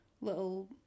little